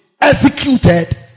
executed